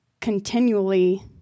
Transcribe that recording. continually